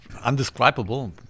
Undescribable